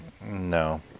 No